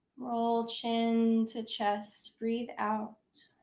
roll chin to chest. breathe out.